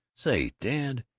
say, dad,